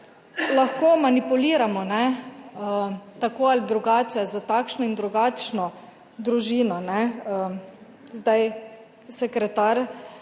lahko manipuliramo tako ali drugače, s takšno in drugačno družino. Sekretar